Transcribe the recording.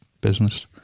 business